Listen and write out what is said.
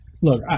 Look